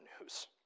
news